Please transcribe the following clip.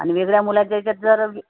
आणि वेगळ्या मुलाच्या याच्यात जर